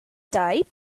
type